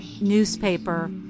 newspaper